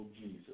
Jesus